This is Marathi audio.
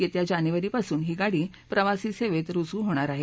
येत्या जानेवारीपासून ही गाडी प्रवासी सेवेत रुजू होणार आहे